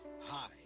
Hi